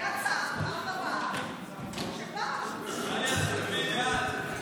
היה צו הרחבה --- טלי, אז תצביעי בעד.